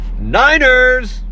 niners